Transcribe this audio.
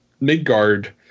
Midgard